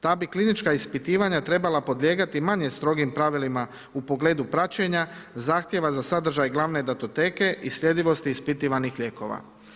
Ta bi klinička ispitivanja trebala podlijegati manje strogim pravilima u pogledu praćenja, zahtjeva za sadržaj glavne datoteke i sljedivosti ispitivanih lijekova.